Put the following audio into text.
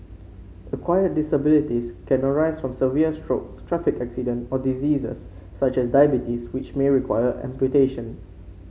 acquired disabilities can arise from severe stroke traffic accident or diseases such as diabetes which may require amputation